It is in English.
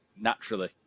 naturally